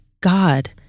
God